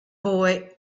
boy